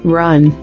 run